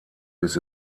bis